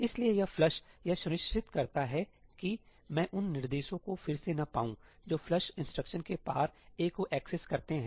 इसलिए यह फ्लश यह सुनिश्चित करता है कि मैं उन निर्देशों को फिर से न पाऊं जो फ्लश इंस्ट्रक्शन के पार a को एक्सेस करते हैं